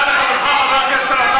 להיפרד מהפלסטינים,